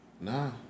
nah